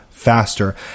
faster